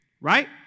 Right